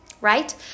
Right